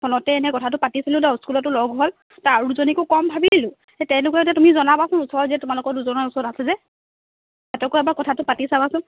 ফোনতে এনে কথাটো পাতিছিলোঁ ত স্কুলতো লগ হ'ল তাৰ আৰু দুজনীকো কম ভাবিলোঁ তেনেকুৱাকে তুমি জনাবাচোন ওচৰত যে তোমালোকৰ দুজনৰ ওচৰত আছে যে তেহেঁতকো এবাৰ কথাটো পাতি চাবাচোন